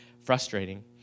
frustrating